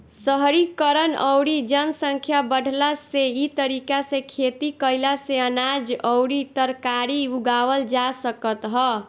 शहरीकरण अउरी जनसंख्या बढ़ला से इ तरीका से खेती कईला से अनाज अउरी तरकारी उगावल जा सकत ह